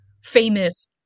famous